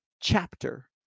chapter